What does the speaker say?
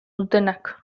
dutenak